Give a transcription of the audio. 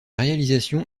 réalisation